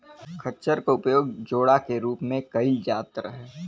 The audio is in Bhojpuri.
खच्चर क उपयोग जोड़ा के रूप में कैईल जात रहे